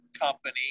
company